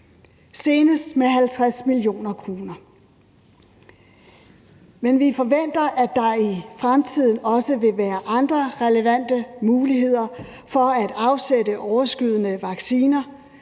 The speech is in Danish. senest med 50 mio. kr. Men vi forventer, at der i fremtiden også vil være andre relevante muligheder for at afsætte overskydende vacciner,